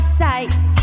sight